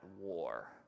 war